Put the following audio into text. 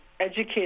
educate